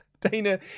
dana